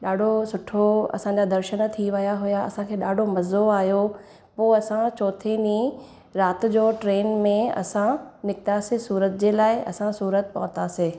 ॾाढो सुठो असांजा दर्शन थी विया हुआ असांखे ॾाढो मज़ो आहियो हुओ पोइ असां चौथे ॾींहुं राति जो ट्रेन में असां निकितासीं सूरत जे लाइ असां सूरत पहुतासीं